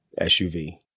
suv